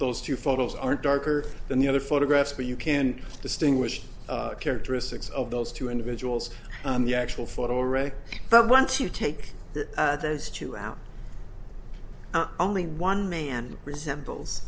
those two photos aren't darker than the other photographs but you can distinguish characteristics of those two individuals on the actual photo rick but once you take those two out only one man resembles